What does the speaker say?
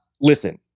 Listen